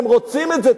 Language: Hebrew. הם רוצים את זה.